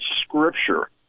scripture